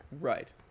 Right